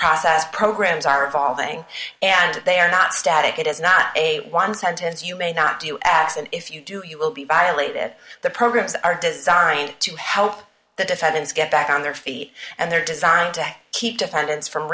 process programs are evolving and they are not static it is not a one sentence you may not do x and if you do you will be violated the programs are designed to help the defendants get back on their feet and they're designed to keep defendants from